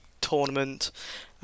tournament